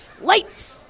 Late